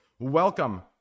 Welcome